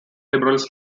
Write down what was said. liberals